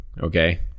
okay